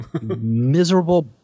Miserable